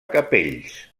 capells